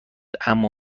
اما